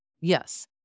Yes